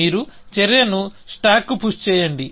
మీరు చర్యను స్టాక్కు పుష్ చేయండి